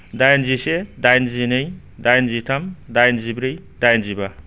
दाइनजिसे दाइनजिनै दाइनजिथाम दाइनजिब्रै दाइनजिबा